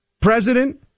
President